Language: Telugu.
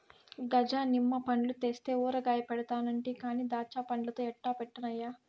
గజ నిమ్మ పండ్లు తెస్తే ఊరగాయ పెడతానంటి కానీ దాచ్చాపండ్లతో ఎట్టా పెట్టన్నయ్యా